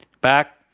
back